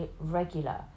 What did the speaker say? regular